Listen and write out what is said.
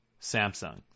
Samsung